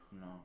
No